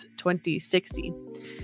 2060